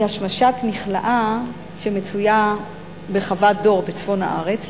השמשת מכלאה שמצויה בחוות-דור בצפון הארץ.